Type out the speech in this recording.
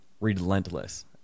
relentless